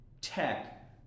tech